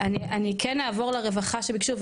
אני כן אעבור לרווחה שביקשו,